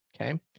okay